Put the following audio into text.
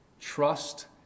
Trust